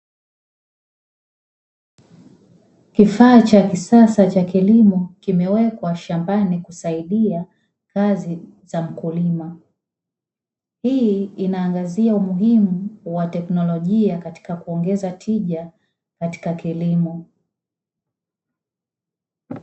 Kifaa cha kisasa cha kilimo kimewekwa shambani kusaidia kazi za mkulima, hii inaangazia umuhimu wa teknolojia katika kuongeza tija katika kilimo.